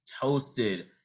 toasted